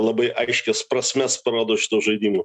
labai aiškias prasmes parodo šitų žaidimų